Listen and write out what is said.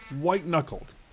white-knuckled